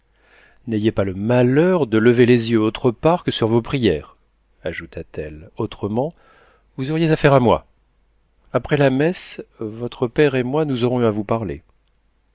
n'ayez pas le malheur de lever les yeux autre part que sur vos prières ajouta-t-elle autrement vous auriez affaire à moi après la messe votre père et moi nous aurons à vous parler